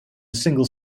single